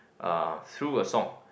uh through a song